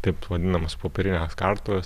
taip vadinamas popierines kartuves